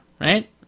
right